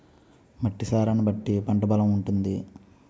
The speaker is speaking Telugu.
మట్టి సారాన్ని బట్టి పంట బలం ఉంటాది